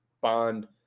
Bond